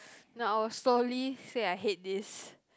no I will slowly say I hate this